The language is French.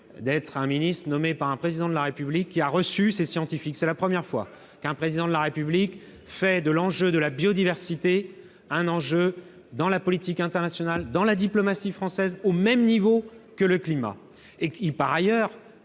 d'être un ministre nommé par un Président de la République qui a reçu ces scientifiques. C'est la première fois qu'un Président de la République fait de la biodiversité un enjeu dans la politique internationale, dans la diplomatie française, de même niveau que le climat. Par ailleurs,